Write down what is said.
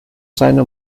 seiner